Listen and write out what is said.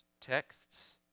texts